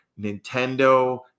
Nintendo